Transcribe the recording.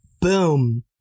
Boom